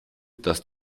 das